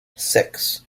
six